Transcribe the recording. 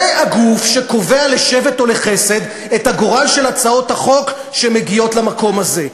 זה הגוף שקובע לשבט או לחסד את הגורל של הצעות החוק שמגיעות למקום הזה.